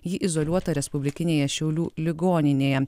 ji izoliuota respublikinėje šiaulių ligoninėje